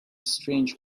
strange